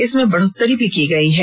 इसमें बढ़ोतरी भी की गयी है